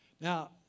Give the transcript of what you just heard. Now